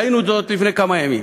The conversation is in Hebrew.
ראינו זאת לפני כמה ימים.